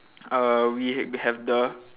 uh we h~ we have the